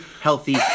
healthy